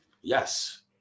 Yes